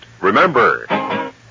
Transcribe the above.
remember